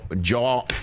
jaw